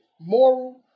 moral